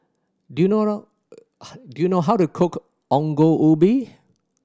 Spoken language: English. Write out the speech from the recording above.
do you know do you know how to cook Ongol Ubi